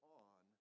on